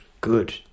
good